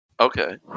Okay